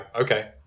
Okay